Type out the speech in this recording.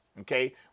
okay